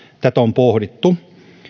tätä on pohdittu